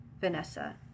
Vanessa